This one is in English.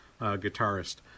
guitarist